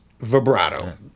vibrato